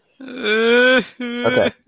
Okay